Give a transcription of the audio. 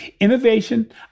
Innovation